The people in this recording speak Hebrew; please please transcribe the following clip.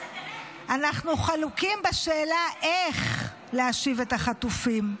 אנחנו חלוקים בשאלה איך להשיב את החטופים,